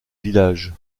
village